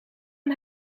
een